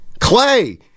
Clay